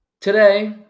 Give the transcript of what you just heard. today